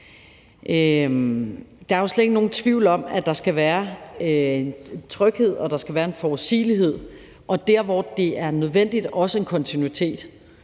Der er jo slet ikke nogen tvivl om, at der skal være en tryghed og der skal være en forudsigelighed og der, hvor det er nødvendigt, også en kontinuitet.